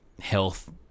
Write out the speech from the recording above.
health